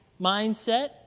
mindset